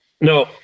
no